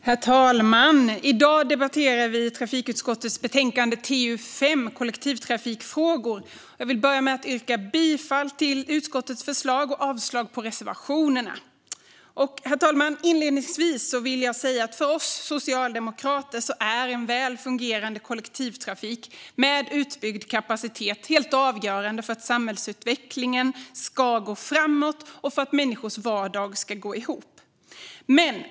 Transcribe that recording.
Herr talman! I dag debatterar vi trafikutskottets betänkande TU5 Kollektivtrafikfrågor , och jag yrkar bifall till utskottets förslag och avslag på reservationerna. Herr talman! För oss socialdemokrater är en väl fungerande kollektivtrafik med utbyggd kapacitet helt avgörande för att samhällsutvecklingen ska gå framåt och för att människors vardag ska kunna gå ihop.